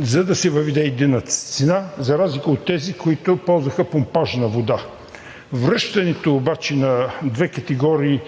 за да се въведе единна цена, за разлика от тези, които ползваха помпажна вода. Връщането обаче на две категории